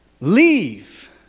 Leave